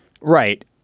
Right